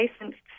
licensed